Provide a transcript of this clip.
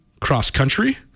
cross-country